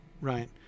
right